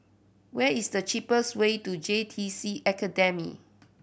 where is the cheapest way to J T C Academy